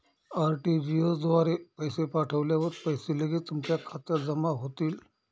RTGS द्वारे पैसे पाठवल्यावर पैसे लगेच तुमच्या खात्यात जमा होतील